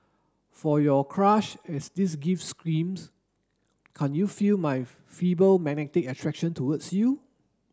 for your crush as this gift screams can't you feel my feeble magnetic attraction towards you